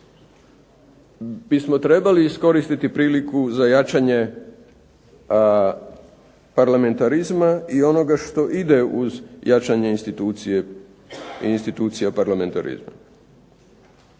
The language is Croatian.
bismo trebali iskoristiti priliku za jačanje parlamentarizma i onoga što ide uz jačanje institucija parlamentarizma.